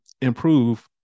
improve